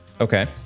Okay